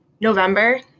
November